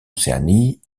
océanie